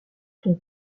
son